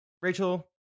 Rachel